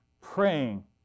praying